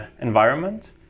environment